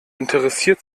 interessiert